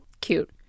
Cute